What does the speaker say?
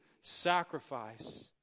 sacrifice